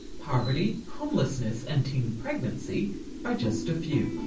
poverty, homelessness, and teen pregnancy are just a few.